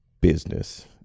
business